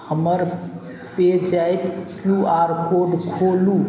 हमर PayZapp Q R code खोलू